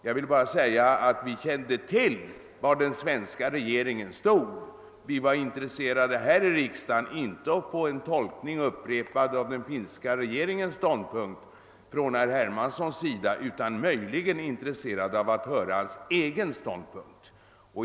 Jag ville bara betona att vi kände till var den finska regeringen stod och att vi här i riksdagen inte var intresserade av att få höra det upprepas av herr Hermansson; vad vi möjligen var intresserade av att höra var hans egen ståndpunkt.